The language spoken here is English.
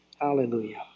Hallelujah